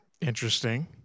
Interesting